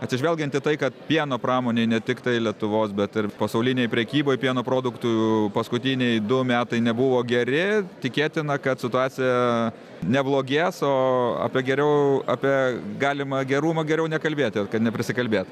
atsižvelgiant į tai kad pieno pramonėj ne tiktai lietuvos bet ir pasaulinėj prekyboj pieno produktų paskutiniai du metai nebuvo geri tikėtina kad situacija neblogės o apie geriau apie galimą gerumą geriau nekalbėti neprisikalbėt